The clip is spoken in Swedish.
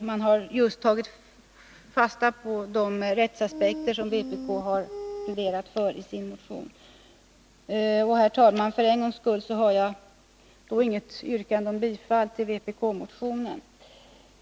Utskottet har tagit fasta på just de rättssäkerhetsaspekter som vpk har pläderat för i sin motion. Herr talman! För en gångs skull har jag inget yrkande om bifall till vpk-motionen.